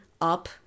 up